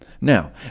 Now